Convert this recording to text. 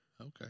okay